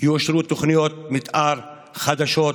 יאושרו תוכניות מתאר חדשות